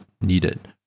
needed